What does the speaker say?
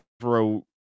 throw